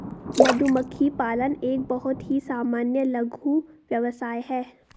मधुमक्खी पालन एक बहुत ही सामान्य लघु व्यवसाय है